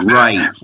right